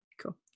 Cool